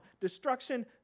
Destruction